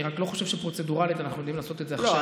אני רק לא חושב שפרוצדורלית אנחנו יודעים לעשות את זה עכשיו.